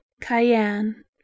cayenne